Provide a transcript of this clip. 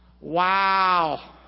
Wow